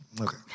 Okay